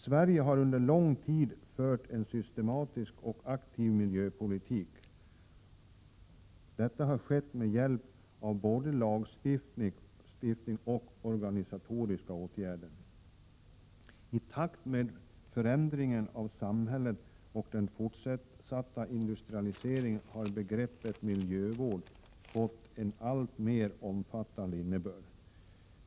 Sverige har under lång tid fört en systematisk och aktiv miljöpolitik, och detta har skett med hjälp av både lagstiftning och organisatoriska åtgärder. I takt med förändringen av samhället och den fortsatta industrialiseringen har begreppet miljövård fått en alltmer omfattande innebörd.